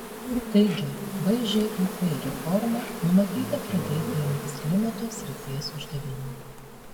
taigi bžūp reforma numatyta pradėti imtis klimato srities uždavinių